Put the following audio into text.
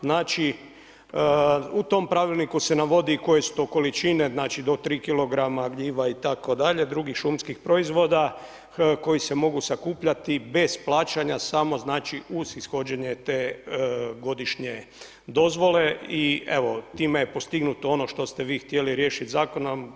Znači u tom pravilniku se navodi, koje su to količine, znači do 3 kg gljiva itd. drugih šumskih proizvoda, koje se mogu sakupljati bez plaćanja, samo znači uz ishođene te godišnje dozvole i evo, time je postignuto ono što ste vi htjeli riješiti zakonom.